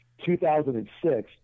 2006